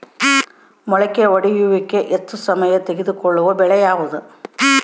ಮೊಳಕೆ ಒಡೆಯುವಿಕೆಗೆ ಹೆಚ್ಚು ಸಮಯ ತೆಗೆದುಕೊಳ್ಳುವ ಬೆಳೆ ಯಾವುದು?